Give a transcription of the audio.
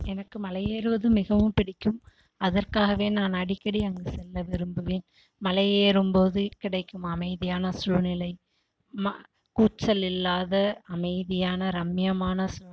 எனக்கு மலையேருவது மிகவும் பிடிக்கும் அதற்காகவே நான் அடிக்கடி அங்கு செல்ல விரும்புவேன் மலையேறும் போது கிடைக்கும் அமைதியான சூழ்நிலை ம கூச்சல் இல்லாத அமைதியான ரம்மியமான சூழ்நிலை